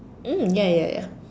(m) ya ya ya